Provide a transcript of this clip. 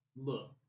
look